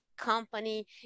company